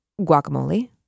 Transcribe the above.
guacamole